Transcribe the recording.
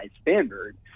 standard